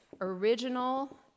original